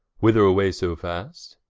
whether away so fast?